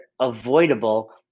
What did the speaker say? avoidable